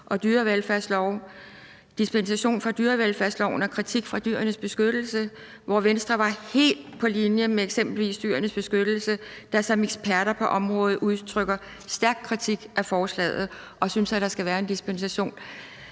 og dispensation fra dyrevelfærdsloven og om kritik fra Dyrenes Beskyttelse, hvor Venstre var helt på linje med eksempelvis Dyrenes Beskyttelse, der som eksperter på området udtrykte stærk kritik af forslaget, og at der skulle være en dispensation.